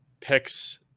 picks